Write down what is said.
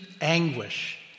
anguish